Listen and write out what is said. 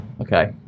Okay